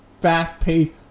fast-paced